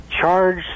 charge